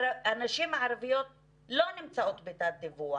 הנשים הערביות לא נמצאות בתת-דיווח.